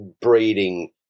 Breeding